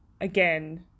again